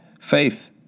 Faith